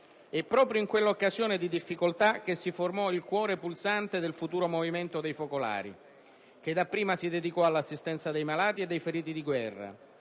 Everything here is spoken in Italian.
È proprio in quella occasione di difficoltà che si formò il cuore pulsante del futuro Movimento dei Focolari, che dapprima si dedicò all'assistenza dei malati e dei feriti di guerra